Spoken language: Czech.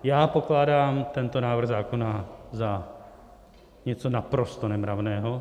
Já pokládám tento návrh zákona za něco naprosto nemravného.